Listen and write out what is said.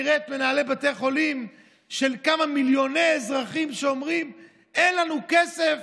נראה את מנהלי בתי החולים של כמה מיליוני אזרחים שאומרים: אין לנו כסף